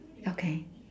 okay